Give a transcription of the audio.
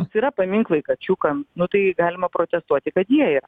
yra paminklai kačiukams nu tai galima protestuoti kad jie